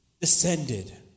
descended